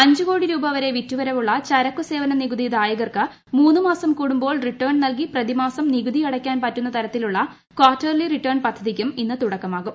അഞ്ചു കോടി രൂപ വരെ വിറ്റുവരവുളള ചരക്കു സേവന നികുതി ദായകർക്ക് മൂന്നു മാസം കൂടുമ്പോൾ റിട്ടേൺ നൽകി പ്രതിമാസം നികുതി അടയ്ക്കാൻ പറ്റുന്ന തരത്തിലുളള കാർട്ടർലി റിട്ടേൺ പദ്ധതിക്കും ഇന്നു തുടക്കമാകും